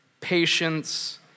patience